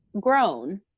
grown